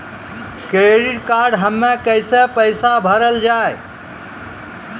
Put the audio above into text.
Credit card हम्मे कैसे पैसा भरल जाए?